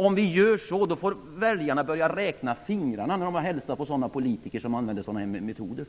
Om vi gör så, får väljarna börja räkna fingrarna när de har hälsat på politiker som använder sådana metoder.